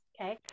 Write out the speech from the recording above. okay